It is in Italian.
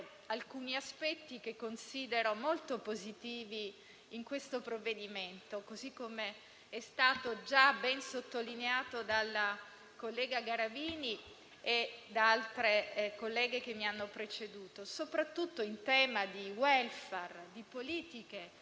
quindi, delle misure importanti; non si può dire che non ci sia qualcosa di positivo in questo provvedimento. Ci sono delle azioni concrete, ci sono delle misure economiche a sostegno proprio di quei settori strategici